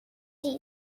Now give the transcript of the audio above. صدای